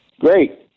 Great